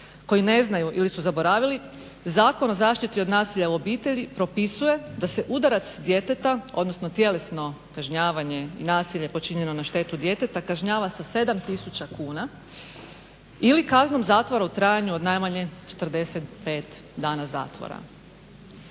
koji ne znaju ili su zaboravili, Zakon o zaštiti od nasilja u obitelji propisuje da se udarac djeteta, odnosno tjelesno kažnjavanje, nasilje počinjeno na štetu djeteta kažnjava sa 7 tisuća kuna ili kaznom zatvora u trajanju od najmanje 45 dana zatvora.